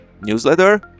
newsletter